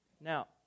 Now